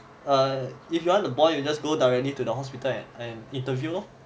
err if you want to bond you just go directly to the hospital and and interview lor